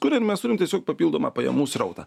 kuriam mes turim tiesiog papildomą pajamų srautą